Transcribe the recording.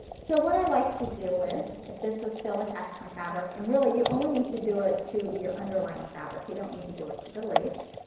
so what i like to do is, if this was still attached to my fabric and really you only need to do it to your underlining fabric you don't need to do it to the lace.